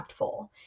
impactful